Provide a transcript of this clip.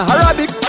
Arabic